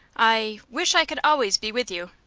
i wish i could always be with you.